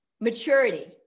maturity